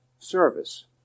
service